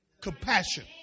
Compassion